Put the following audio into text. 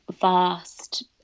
vast